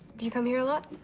do you come here a lot?